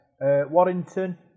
Warrington